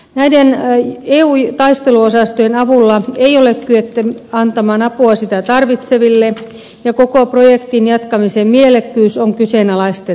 näiden eun taisteluosastojen avulla ei ole kyetty antamaan apua sitä tarvitseville ja koko projektin jatkamisen mielekkyys on kyseenalaistettava